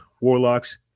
warlocks